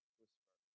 whisper